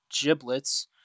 Giblets